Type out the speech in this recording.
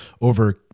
over